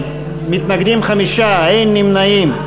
מתנגדים, 5, אין נמנעים.